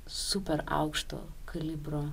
super aukšto kalibro